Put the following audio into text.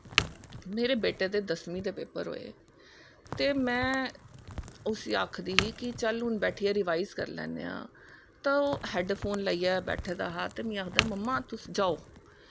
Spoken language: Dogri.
मेरे बेटे दे दसमीं दे पेपर होए ते में उसी आखदी ही चल हून बैठियै रिवाईज़ करी लैन्ने आं ते ओह् हैडफोन लाईयै बैठे दे हे ते आखदा मम्मा तुस जाओ